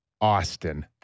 Austin